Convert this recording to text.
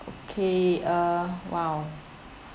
okay uh !wow!